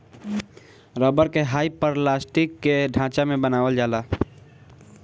rubber के hyperelastic के ढांचा में बनावल जाला